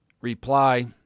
reply